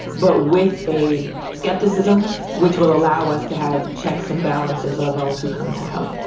but with a skepticism which will allow us to have checks and balances on those who come to help.